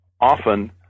often